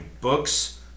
books